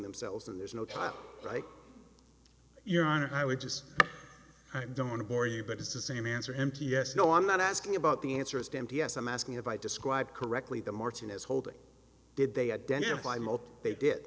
themselves and there's no time like your honor i would just i don't want to bore you but it's the same answer empty yes no i'm not asking about the answer it's damned yes i'm asking if i describe correctly the martin is holding did they identify mult they did